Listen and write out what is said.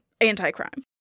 anti-crime